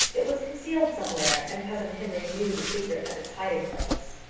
it was concealed somewhere, and cousin henry knew the secret of its hiding-place.